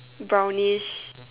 brownies